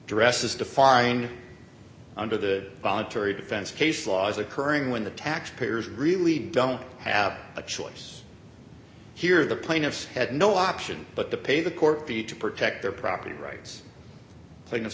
dresses define under the voluntary defense case law is occurring when the taxpayers really don't have a choice here the plaintiffs had no option but to pay the court b to protect their property rights